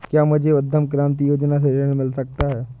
क्या मुझे उद्यम क्रांति योजना से ऋण मिल सकता है?